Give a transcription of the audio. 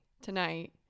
tonight